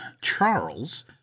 Charles